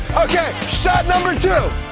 okay, shot number two.